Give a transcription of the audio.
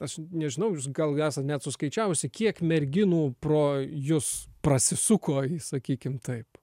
aš nežinau jūs gal esat net suskaičiavusi kiek merginų pro jus prasisuko sakykim taip